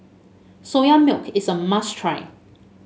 Soya Milk is a must try